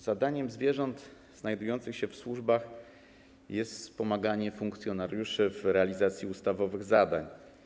Zadaniem zwierząt znajdujących się w służbach jest wspomaganie funkcjonariuszy w realizacji ustawowych zadań.